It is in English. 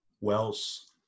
Wells